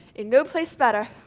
and no place better.